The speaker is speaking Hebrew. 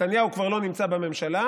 נתניהו כבר לא נמצא בממשלה,